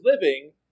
living